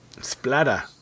Splatter